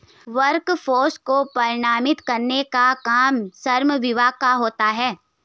workforce को प्रमाणित करने का काम श्रम विभाग का होता है